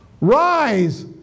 rise